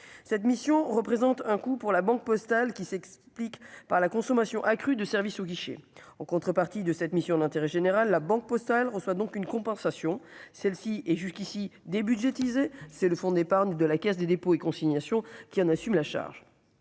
cette mission représente un coût pour la banque postale qui s'explique par la consommation accrue de service au guichet en contrepartie de cette mission d'intérêt général La Banque Postale reçoit donc une compensation, celle-ci est jusqu'ici des budgétiser c'est le fonds d'épargne de la Caisse des dépôts et consignations, qui en assume la charge